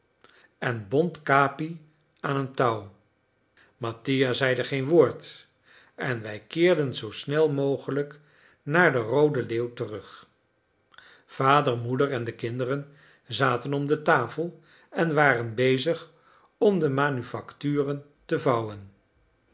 en bond capi aan een touw mattia zeide geen woord en wij keerden zoo snel mogelijk naar de roode leeuw terug vader moeder en de kinderen zaten om de tafel en waren bezig om de manufacturen uit te vouwen